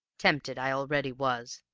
tempted i already was,